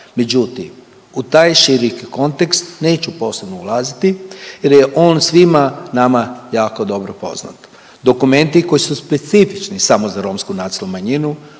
Međutim, u taj širi kontekst neću posebno ulaziti, jer je on svima nama jako dobro poznat. Dokumenti koji su specifični samo za romsku nacionalnu